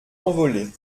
envolé